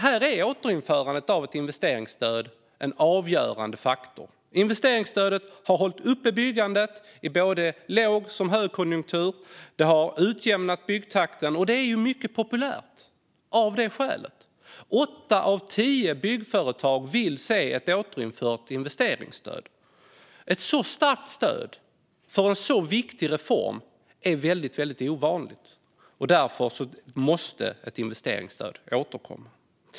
Här är återinförandet av ett investeringsstöd en avgörande faktor. Investeringsstödet har hållit uppe byggandet i både lågkonjunktur och högkonjunktur och har utjämnat byggtakten. Det är därför mycket populärt. Åtta av tio byggföretag vill se ett återinfört investeringsstöd. Ett så starkt stöd för en så viktig reform är något väldigt ovanligt. Därför måste ett investeringsstöd återkomma.